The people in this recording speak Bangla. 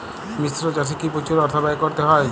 মিশ্র চাষে কি প্রচুর অর্থ ব্যয় করতে হয়?